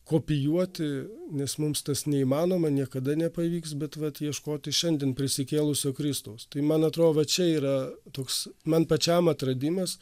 kopijuoti nes mums tas neįmanoma niekada nepavyks bet vat ieškoti šiandien prisikėlusio kristaus tai man atrodo čia yra toks man pačiam atradimas